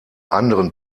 anderen